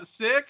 sick